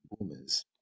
boomers